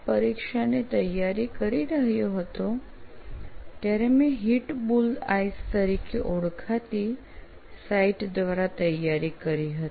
પરીક્ષાની તૈયારી કરી રહ્યો હતો ત્યારે મેં હિટબુલ્સઆય 'Hitbullseye' તરીકે ઓળખાતી સાઇટ દ્વારા તૈયારી કરી હતી